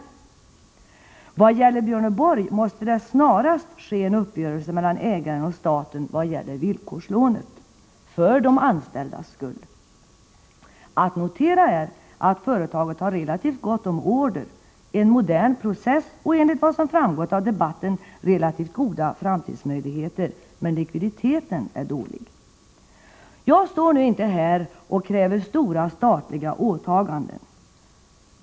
När det gäller Björneborg måste det snarast ske en uppgörelse mellan ägaren och staten i vad gäller villkorslånet — för de anställdas skull. Att notera är att företaget har relativt gott om order, en modern process och enligt vad som framgått av debatten relativt goda framtidsmöjligheter, men likviditeten är dålig. Jag står inte här och kräver stora statliga åtaganden.